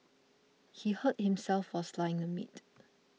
he hurt himself while slicing the meat